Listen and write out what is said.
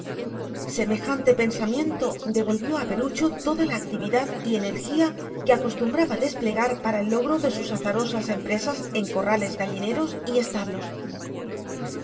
semejante pensamiento devolvió a perucho toda la actividad y energía que acostumbraba desplegar para el logro de sus azarosas empresas en corrales gallineros y establos